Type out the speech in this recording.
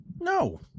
No